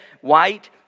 white